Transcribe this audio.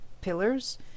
pillars